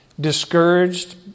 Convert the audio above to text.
discouraged